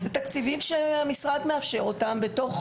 תקציבים שהמשרד מאפשר אותם,